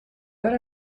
would